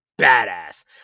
badass